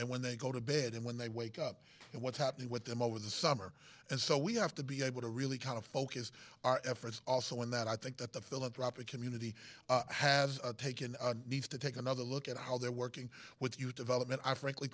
and when they go to bed and when they wake up and what's happening with them over the summer and so we have to be able to really kind of focus our efforts also in that i think that the philanthropic community has taken our needs to take another look at how they're working with youth development i frankly